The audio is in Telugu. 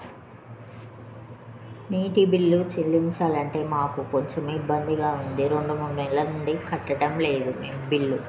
నీటి బిల్లు చెల్లించాలంటే మాకు కొంచెం ఇబ్బందిగా ఉంది రెండు మూడు నెలల నుండి కట్టడంలేదు మేం బిల్లు